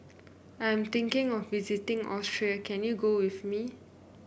I am thinking of visiting Austria can you go with me